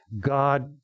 god